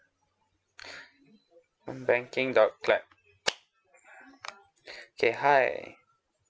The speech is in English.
banking got clap okay hi